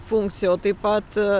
funkciją o taip pat